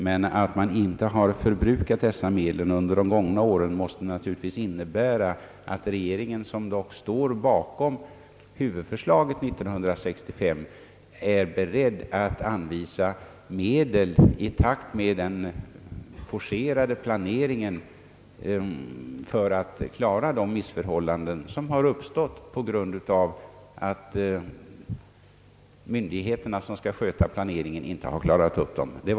Att dessa medel inte har förbrukats under de gångna åren måste emellertid innebära att regeringen, som dock står bakom huvudförslaget 1965, är beredd att anvisa medel i takt med den forcerade planeringen för att komma till rätta med de missförhållanden som uppstått på grund av att de myndigheter, vilka skall sköta planeringen, inte har lyckats klara denna uppgift.